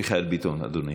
מיכאל ביטון, אדוני.